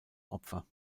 opfer